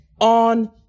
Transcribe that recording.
on